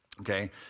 Okay